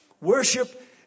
Worship